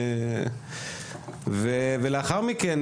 ולאחר מכן